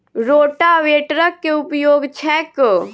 रोटावेटरक केँ उपयोग छैक?